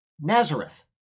Nazareth